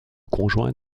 conjoint